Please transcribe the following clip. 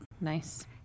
Nice